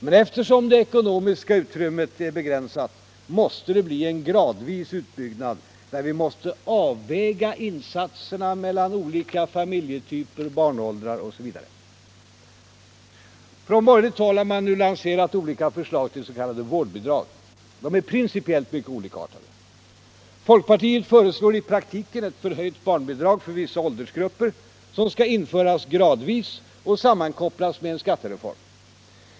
Men eftersom det ekonomiska utrymmet är begränsat måste det bli en gradvis utbyggnad där vi måste avväga insatserna mellan olika familjetyper, barnåldrar osv. Från borgerligt håll har man nu lanserat olika förslag till s.k. vårdbidrag. De är principiellt mycket olikartade. Folkpartiet föreslår i praktiken ett förhöjt barnbidrag för vissa åldersgrupper som skall införas gradvis och sammankopplas med en skattereform.